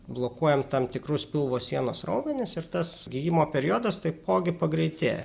blokuojam tam tikrus pilvo sienos raumenis ir tas gijimo periodas taipogi pagreitėja